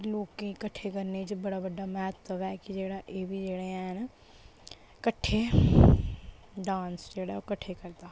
लोकें गी कट्ठे करने च बड़ा बड्डा म्हत्त्व ऐ कि जेहड़ा एह् बी जेह्ड़े हैन कट्ठे डांस जेह्ड़ा ऐ ओह् कट्ठे करदा